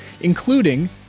including